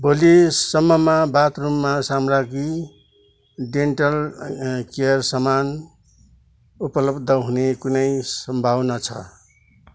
भोलिसम्ममा बाथरुममा सामग्री डेन्टल केयर समान उपलब्ध हुने कुनै सम्भावना छ